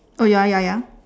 oh ya ya ya